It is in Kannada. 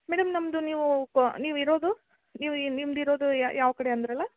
ಮೇಡಮ್ ನಮ್ಮದು ನೀವು ನೀವು ಇರೋದು ನೀವು ನಿಮ್ದು ಇರೋದು ಯಾವ ಕಡೆ ಅಂದಿರಲ್ಲ